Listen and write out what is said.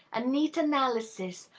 a neat analysis,